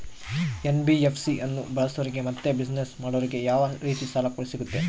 NBFC ಅನ್ನು ಬಳಸೋರಿಗೆ ಮತ್ತೆ ಬಿಸಿನೆಸ್ ಮಾಡೋರಿಗೆ ಯಾವ ರೇತಿ ಸಾಲ ಸಿಗುತ್ತೆ?